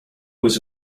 was